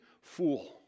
fool